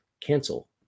cancel